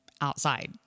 outside